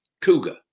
Cougar